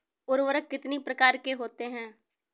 उर्वरक कितनी प्रकार के होते हैं?